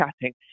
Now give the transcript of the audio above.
chatting